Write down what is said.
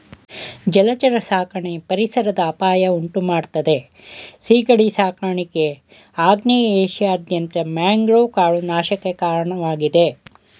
ಜಲಚರ ಸಾಕಣೆ ಪರಿಸರದ ಅಪಾಯ ಉಂಟುಮಾಡ್ತದೆ ಸೀಗಡಿ ಸಾಕಾಣಿಕೆ ಆಗ್ನೇಯ ಏಷ್ಯಾದಾದ್ಯಂತ ಮ್ಯಾಂಗ್ರೋವ್ ಕಾಡು ನಾಶಕ್ಕೆ ಕಾರಣವಾಗಿದೆ